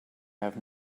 have